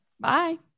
bye